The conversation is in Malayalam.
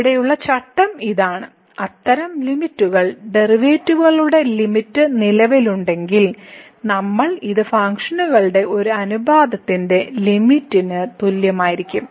ഇവിടെയുള്ള ചട്ടം ഇതാണ് അത്തരം ലിമിറ്റ്കൾ ഡെറിവേറ്റീവുകളുടെ ലിമിറ്റ് നിലവിലുണ്ടെങ്കിൽ നമ്മൾ ഇത് ഫംഗ്ഷനുകളുടെ ഈ അനുപാതത്തിന്റെ ലിമിറ്റ്ക്ക് തുല്യമായിരിക്കും